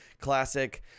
classic